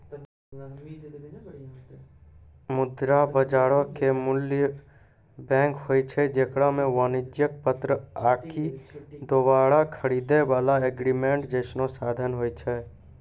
मुद्रा बजारो के मूल बैंक होय छै जेकरा मे वाणिज्यक पत्र आकि दोबारा खरीदै बाला एग्रीमेंट जैसनो साधन होय छै